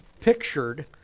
pictured